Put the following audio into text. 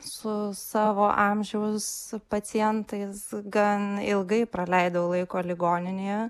su savo amžiaus pacientais gan ilgai praleidau laiko ligoninėje